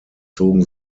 zogen